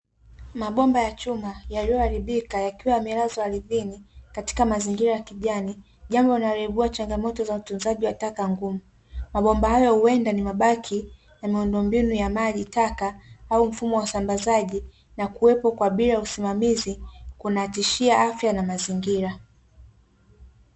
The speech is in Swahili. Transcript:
Mabomba ya chuma, yaliyoharibika yakiwa yamelazwa ardhini katika mazingira ya kijani, jambo linaloibua changamoto ya utunzaji wa taka ngumu. Mabomba hayo huenda ni mabaki ya miundombinu ya maji taka au mfumo wa usambazaji na kuwepo kwa bila usimamizi, kunatishia afya na mazingira.